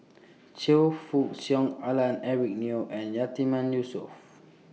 Choe Fook Cheong Alan Eric Neo and Yatiman Yusof